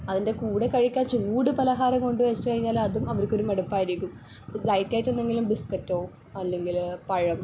അതിൻ്റെ കൂടെ കഴിയ്ക്കാന് ചൂട് പലഹാരം കൊണ്ട് വെച്ച് കഴിഞ്ഞാല് അതും അവർക്കൊരു മടുപ്പായിരിക്കും ലൈറ്റായിട്ട് എന്തെങ്കിലും ബിസ്ക്കറ്റൊ അല്ലെങ്കില് പഴം